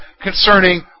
concerning